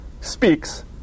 speaks